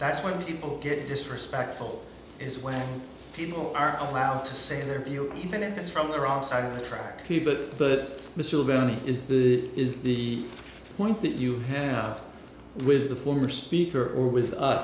that's when people get disrespectful is when people are allowed to say their view even if it's from the wrong side of the track people but is the is the point that you have with the former speaker or with